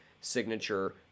signature